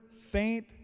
faint